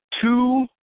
two